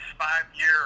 five-year